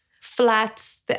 flats